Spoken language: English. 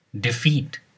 Defeat